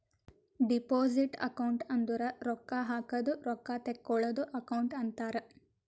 deposit account ಅಂದುರ್ ರೊಕ್ಕಾ ಹಾಕದ್ ರೊಕ್ಕಾ ತೇಕ್ಕೋಳದ್ ಅಕೌಂಟ್ ಅಂತಾರ್